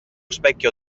specchio